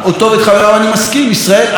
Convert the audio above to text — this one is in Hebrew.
ישראל אכן מדינה מדהימה.